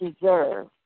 deserve